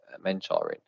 mentoring